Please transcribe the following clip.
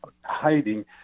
hiding